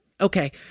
Okay